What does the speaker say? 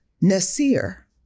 Nasir